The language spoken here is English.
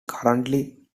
currently